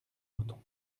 mouton